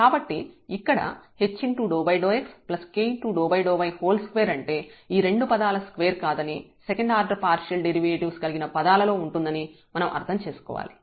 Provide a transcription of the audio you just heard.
కాబట్టి ఇక్కడ h∂xk∂y2 అంటే ఈ రెండు పదాల స్క్వేర్ కాదని సెకండ్ ఆర్డర్ పార్షియల్ డెరివేటివ్స్ కలిగిన పదాలలో ఉంటుందని మనం అర్థం చేసుకోవాలి